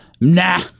nah